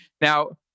Now